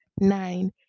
nine